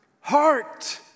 Heart